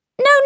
No